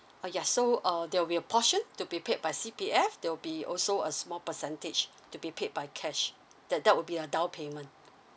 ah ya so uh there will be a portion to be paid by C_P_F there'll be also a small percentage to be paid by cash that that will be a down payment